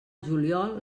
juliol